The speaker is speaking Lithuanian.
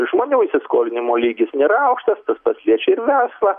žmonių įsiskolinimo lygis nėra aukštas tas pats liečia ir verslą